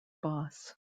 boss